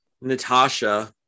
Natasha